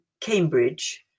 Cambridge